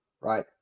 right